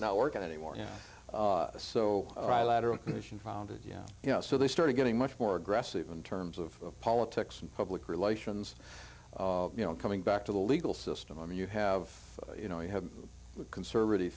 not working anymore and so lateral commission founded yeah you know so they started getting much more aggressive in terms of politics and public relations you know coming back to the legal system you have you know you have conservative